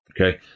Okay